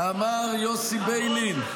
אמר יוסי ביילין,